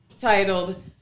titled